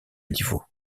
niveau